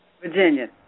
Virginia